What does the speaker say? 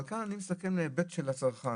אבל כאן אני מסתכל בהיבט של הצרכן.